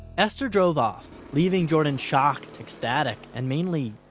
esther drove off, leaving jordan shocked, ecstatic and mainly,